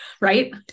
right